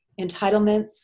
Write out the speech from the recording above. entitlements